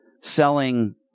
selling